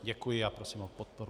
Děkuji a prosím o podporu.